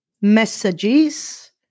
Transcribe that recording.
messages